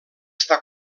està